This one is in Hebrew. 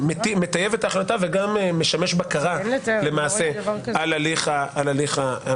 שמטייב את ההחלטה וגם משמש בקרה על הליך המינוי.